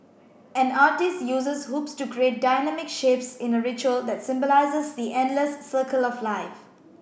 an artiste uses hoops to create dynamic shapes in a ritual that symbolises the endless circle of life